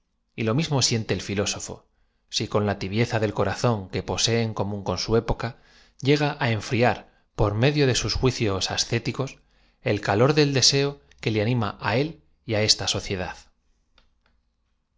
y lo mismo siente el filósofo i con ia tibieza del corazón que po see en común con su época lle g a á edíriar por medio de sus juicios aacéttcos el calor del deseo que le ani ma á él y á esta sociedad